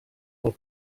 del